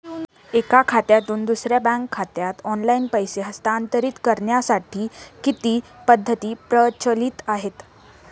एका खात्यातून दुसऱ्या बँक खात्यात ऑनलाइन पैसे हस्तांतरित करण्यासाठी किती पद्धती प्रचलित आहेत?